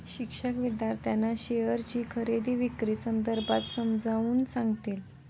शिक्षक विद्यार्थ्यांना शेअरची खरेदी विक्री संदर्भात समजावून सांगतील